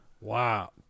wow